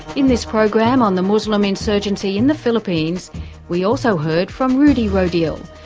in this program on the muslim insurgency in the philippines we also heard from rudi rodil,